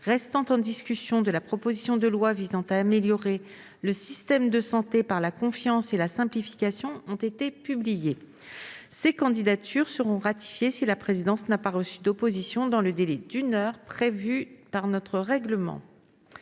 restant en discussion de la proposition de loi visant à améliorer le système de santé par la confiance et la simplification ont été publiées. Ces candidatures seront ratifiées si la présidence n'a pas reçu d'opposition dans le délai d'une heure prévu par notre règlement.